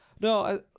No